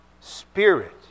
spirit